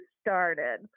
started